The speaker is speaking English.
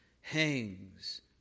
hangs